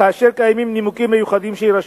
כאשר קיימים נימוקים מיוחדים שיירשמו.